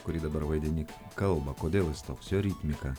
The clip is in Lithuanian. kurį dabar vaidini kalba kodėl jis toks jo ritmika